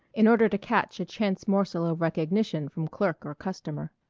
in order to catch a chance morsel of recognition from clerk or customer.